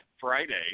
Friday